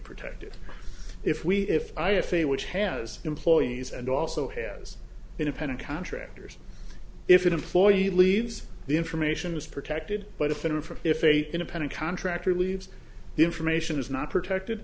protected if we if i if a which has employees and also has independent contractors if an employee leaves the information is protected but if i'm from if a independent contractor leaves the information is not protected